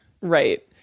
Right